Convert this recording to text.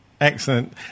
Excellent